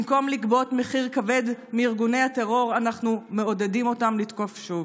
במקום לגבות מחיר כבד מארגוני הטרור אנחנו מעודדים אותם לתקוף שוב.